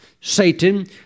Satan